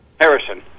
harrison